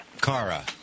Kara